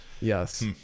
Yes